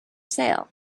sale